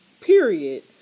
Period